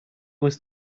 was